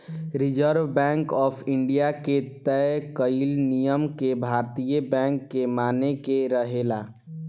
reserve bank of India के तय कईल नियम के भारतीय बैंक के माने के रहेला